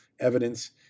evidence